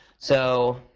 so